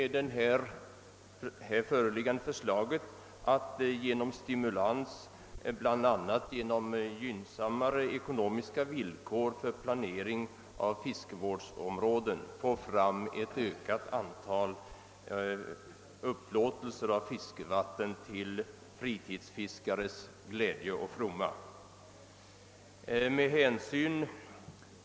Det föreliggande förslaget avser att genom stimulans, bl.a. genom gynnsammare ekonomiska villkor för planering av fiskevårdsområden, få till stånd ett ökat antal upplåtelser av fiskevatten till fritidsfiskares glädje och fromma.